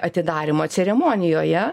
atidarymo ceremonijoje